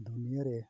ᱫᱩᱱᱤᱭᱟᱹ ᱨᱮ